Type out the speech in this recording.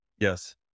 Yes